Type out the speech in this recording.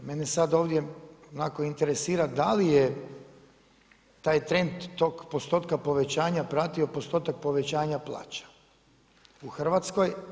Mene sada ovdje interesira, da li je taj trend tog postotka povećanja pratio postotak povećanja plaća u Hrvatskoj?